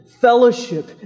fellowship